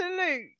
absolute